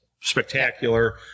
spectacular